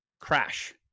crash